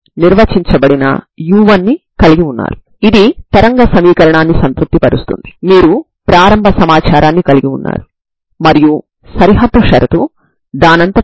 కాబట్టి ఈ విలువలకు sin μ 0 అవ్వడాన్ని మీరు చూడవచ్చు అంటే sin μa cos μa ఎప్పటికీ 0 కావు